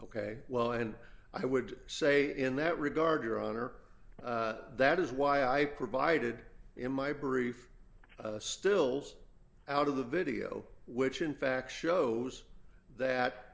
ok well and i would say in that regard your honor that is why i provided in my brief stills out of the video which in fact shows that